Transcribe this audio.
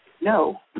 no